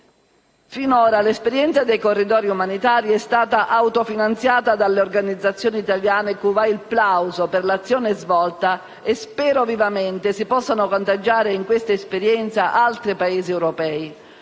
Finora l'esperienza dei corridoi umanitari è stata autofinanziata dalle organizzazioni italiane, cui va il plauso per l'azione svolta e spero vivamente si possano contagiare in quest'esperienza altri Paesi europei.